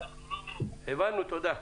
הבנו, תודה.